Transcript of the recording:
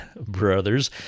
brothers